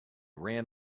ran